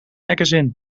magazine